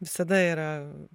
visada yra